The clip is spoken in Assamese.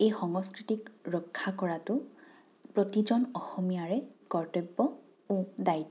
এই সংস্কৃতিক ৰক্ষা কৰাতো প্ৰতিজন অসমীয়াৰে কৰ্তব্যও দায়িত্ব